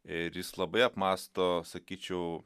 ir jis labai apmąsto sakyčiau